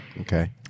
okay